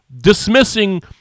dismissing